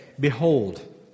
Behold